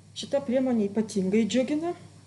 šita priemonė ypatingai džiugina